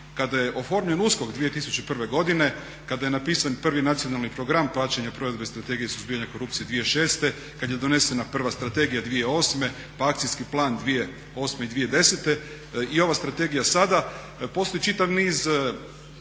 Kada je oformljen USKOK 2001. godine, kada je napisan prvi Nacionalni program praćenja provedbe Strategije suzbijanja korupcije 2006., kad je donesena prva strategija 2008., pa Akcijski plan 2008. i 2010. i ova strategija sada postoji čitav niz